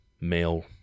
male